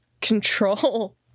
control